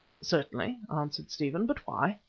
certainly, answered stephen, but why?